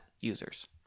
users